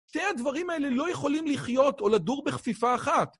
שתי הדברים האלה לא יכולים לחיות או לדור בחפיפה אחת.